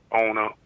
owner